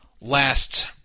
last